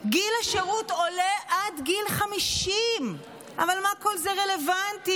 גיל השירות עולה עד גיל 50. אבל מה כל זה רלוונטי